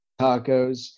tacos